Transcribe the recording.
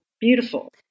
Beautiful